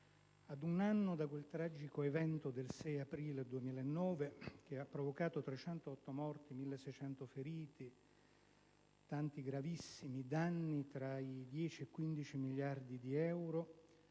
ad un anno da quel tragico evento del 6 aprile 2009 che ha provocato 308 morti, 1.600 feriti, tanti gravissimi danni, tra i 10 e i 15 miliardi di euro,